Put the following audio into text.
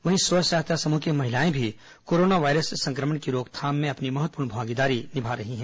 वहीं स्व सहायता समूह की महिलाएं भी कोरोना वायरस संक्रमण की रोकथाम में अपनी महत्वपूर्ण भागीदारी निभा रही है